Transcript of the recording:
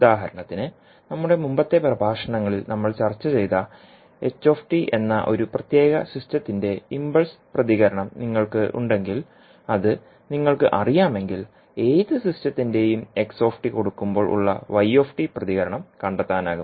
ഉദാഹരണത്തിന്നമ്മുടെ മുമ്പത്തെ പ്രഭാഷണങ്ങളിൽ നമ്മൾ ചർച്ച ചെയ്ത h എന്ന ഒരു പ്രത്യേക സിസ്റ്റത്തിന്റെ ഇംപൾസ് പ്രതികരണം നിങ്ങൾക്കുണ്ടെങ്കിൽ അത് നിങ്ങൾക്ക് അറിയാമെങ്കിൽ ഏത് സിസ്റ്റത്തിന്റെയും x കൊടുക്കുമ്പോൾ ഉളള y പ്രതികരണം കണ്ടെത്താനാകും